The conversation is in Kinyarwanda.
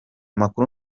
makuru